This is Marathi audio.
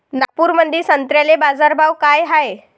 नागपुरामंदी संत्र्याले बाजारभाव काय हाय?